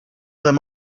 them